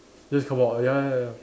just come out ya ya ya